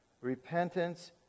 repentance